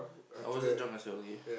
I wasn't drunk as well okay